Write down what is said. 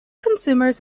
consumers